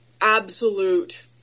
absolute